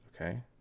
Okay